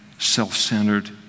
self-centered